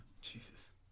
Jesus